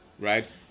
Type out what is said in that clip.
right